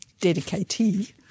dedicatee